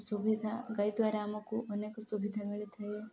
ସୁବିଧା ଗାଈ ଦ୍ୱାରା ଆମକୁ ଅନେକ ସୁବିଧା ମିଳିଥାଏ